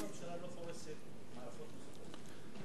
למה הממשלה לא פורסת מערכות נוספות?